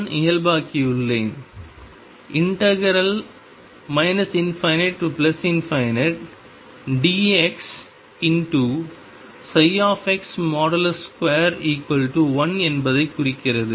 நான் இயல்பாக்கியுள்ளேன் ∞ dx ψ21 என்பதைக் குறிக்கிறது